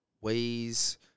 Ways